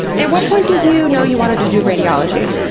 at what point did you know you wanted to do radiology?